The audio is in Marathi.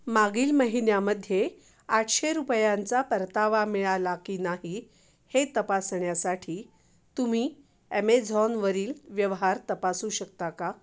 मागील महिन्यामध्ये आठशे रुपयांचा परतावा मिळाला की नाही हे तपासण्यासाठी तुम्ही ॲमेझॉनवरील व्यवहार तपासू शकता का